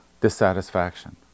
dissatisfaction